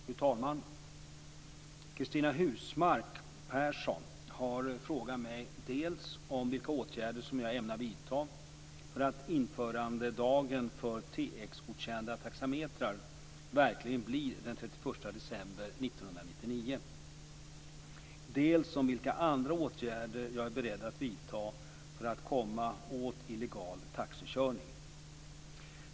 Fru talman! Cristina Husmark Pehrsson har frågat mig dels vilka åtgärder som jag ämnar vidta för att införandedagen för TX-godkända taxametrar verkligen blir den 31 december 1999, dels vilka andra åtgärder jag är beredd att vidta för att komma åt illegal taxikörning.